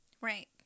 Right